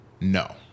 no